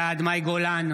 בעד מאי גולן,